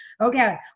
okay